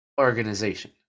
organization